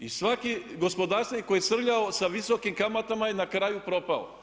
I svaki gospodarstvenik koji je srljao sa visokim kamatama je na kraju propao.